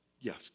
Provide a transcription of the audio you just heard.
yes